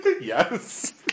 Yes